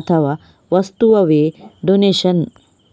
ಅಥವಾ ವಸ್ತುವವೇ ಡೊನೇಷನ್